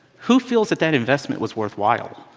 who feels that, that investment was worthwhile?